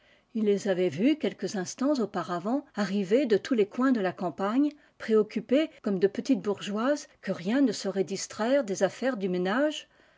il les avait vues quelques instants auparavant arriver de tous les coins de la campagne préoccupées comme de petites bourgeoises que rien ne saurait distraire des affaires du ménage